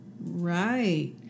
Right